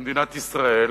במדינת ישראל,